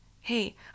Hey